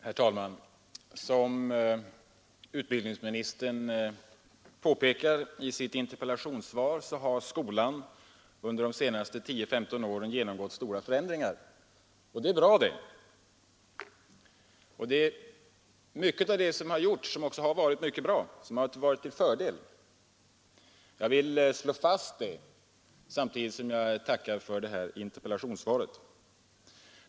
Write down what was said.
Herr talman! Som utbildningsministern påpekar i sitt interpellationssvar har skolan under de senaste tio, femton åren genomgått stora förändringar. Mycket av vad som genomförts har varit bra. Jag vill slå fast detta, samtidigt som jag tackar för interpellationssvaret.